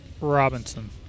Robinson